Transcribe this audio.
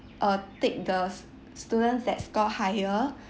uh take the s~ student that score higher